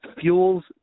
fuels